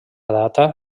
data